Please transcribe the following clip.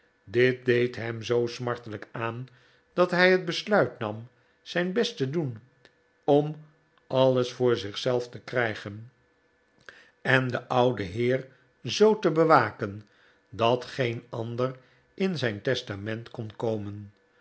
dit deed hem zoo smartelijk aan dat hij het besluit nam zijn best te doen om alles voor zich zelf te krijgen en den ouden heer zoo te bewaken dat geen ander m zijn testament kon komen